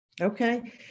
Okay